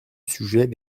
sujet